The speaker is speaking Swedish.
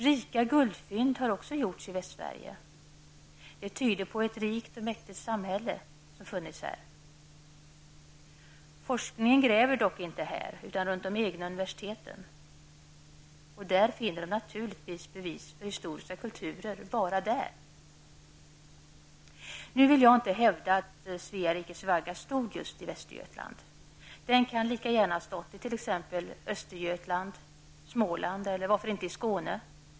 Rika guldfynd har också gjorts i Västsverige. Det tyder på att ett rikt och mäktigt samhälle funnits där. Forskningen gräver dock inte där utan runt de egna universiteten, och därför finner de naturligtvis bevis för historiska kulturer bara där. Jag vill inte hävda att Svea rikes vagga stod just i Västergötland. Den kan lika gärna ha stått i t.ex. Östergötland, Småland eller varför inte Skåne.